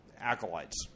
acolytes